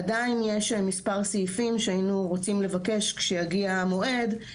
עדיין יש מספר סעיפים שהיינו רוצים לבקש כשיגיע המועד,